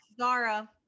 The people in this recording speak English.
zara